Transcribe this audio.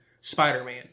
Spider-Man